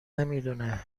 نمیدونه